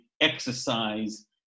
exercise